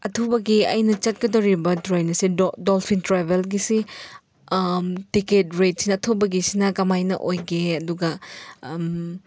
ꯑꯊꯨꯕꯒꯤ ꯑꯩꯅ ꯆꯠꯀꯗꯧꯔꯤꯕ ꯇ꯭ꯔꯦꯟ ꯑꯁꯤ ꯗꯣꯜꯐꯤꯟ ꯇ꯭ꯔꯦꯕꯦꯜꯒꯤꯁꯤ ꯇꯤꯀꯦꯠ ꯔꯦꯠꯁꯤꯅ ꯑꯊꯨꯕꯒꯤꯁꯤꯅ ꯀꯃꯥꯏꯅ ꯑꯣꯏꯒꯦ ꯑꯗꯨꯒ